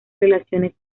relaciones